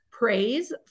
praise